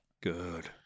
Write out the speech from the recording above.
Good